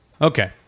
Okay